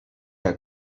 jak